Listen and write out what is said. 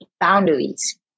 boundaries